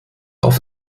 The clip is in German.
auf